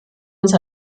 uns